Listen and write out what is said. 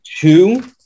two